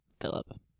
Philip